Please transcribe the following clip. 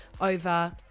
over